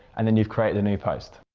and then you've created a new post.